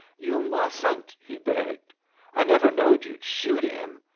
you mustn't, he begged i never knowed you'd shoot him!